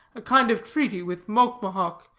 a kind of treaty with mocmohoc,